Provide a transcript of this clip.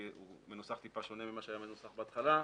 כי הוא מנוסח טיפה שונה ממה שהיה מנוסח בהתחלה,